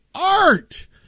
Art